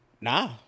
Nah